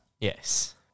Yes